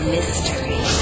Mystery